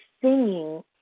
singing